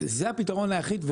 זה הפתרון היחיד,